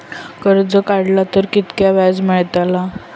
कर्ज काडला तर कीतक्या व्याज मेळतला?